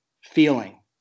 feeling